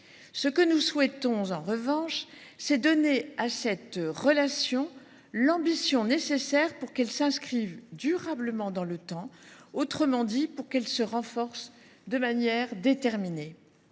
Ce que nous souhaitons, en revanche, c’est donner à cette relation l’ambition nécessaire pour qu’elle s’inscrive durablement dans le temps, autrement dit, pour qu’elle se renforce de manière déterminée.